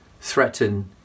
threaten